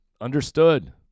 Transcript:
Understood